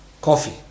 coffee